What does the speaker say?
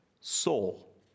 soul